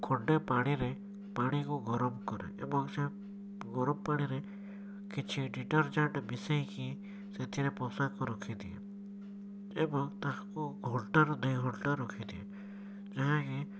ଖଣ୍ଡେ ପାଣିରେ ପାଣିକୁ ଗରମ କରେ ଏବଂ ସେ ଗରମ ପାଣିରେ କିଛି ଡ଼ିଟରଜେଣ୍ଟ ମିଶେଇକି ସେଥିରେ ପୋଷାକ ରଖିଦିଏ ଏବଂ ତାକୁ ଘଣ୍ଟାରୁ ଦୁଇଘଣ୍ଟା ରଖିଦିଏ ଯେଉଁଟାକି